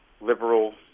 liberal